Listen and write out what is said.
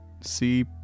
see